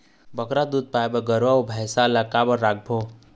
बगरा दूध पाए बर गरवा अऊ भैंसा ला का खवाबो?